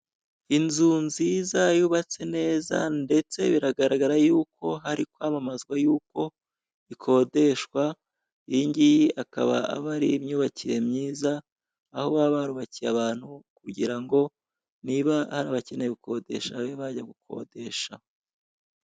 Inzu nziza yubatse neza ndetse biragaragara yuko hari kwamamazwa yuko ikodeshwa. Iyi ngiyi akaba ari imyubakire myiza, aho baba barubakiye abantu kugira ngo niba hari abakeneye gukodesha babe bajya gukodesha.